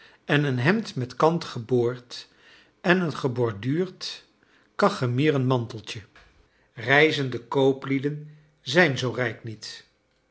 en een hemd met kant geboord en een geborduurd cachemiren manteltje reizende kooplieden zijn zoo rijk niet